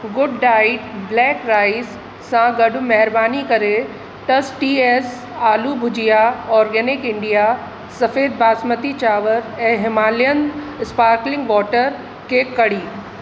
good diet black rice सां गॾु महिरबानी करे टसटीएस आलू भुजिया ऑर्गेनिक इंडिया सफेद बासमती चांवर ऐं हिमालियन स्पार्कलिंग वाटर के कढ़ी